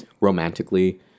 romantically